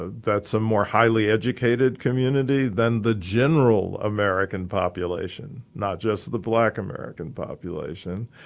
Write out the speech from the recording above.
that's a more highly educated community than the general american population, not just the black american population.